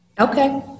Okay